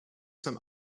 some